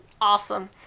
awesome